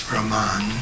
Roman